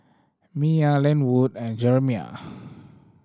Mya Lynwood and Jeremiah